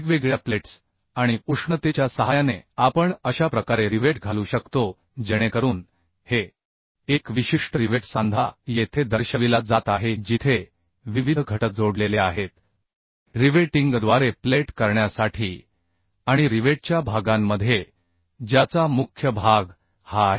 वेगवेगळ्या प्लेट्स आणि उष्णतेच्या सहायाने आपण अशा प्रकारे रिवेट घालू शकतो जेणेकरून हे एक विशिष्ट रिवेट सांधा येथे दर्शविला जात आहे जिथे विविध घटक जोडलेले आहेत रिवेटिंगद्वारे प्लेट करण्यासाठी आणि रिवेटच्या भागांमध्ये ज्याचा मुख्य भाग हा आहे